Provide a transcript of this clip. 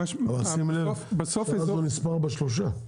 ושים לב שאז הוא נספר בשלושה,